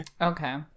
Okay